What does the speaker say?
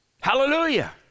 Hallelujah